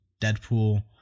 Deadpool